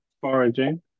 foraging